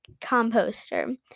composter